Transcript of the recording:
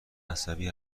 عصبی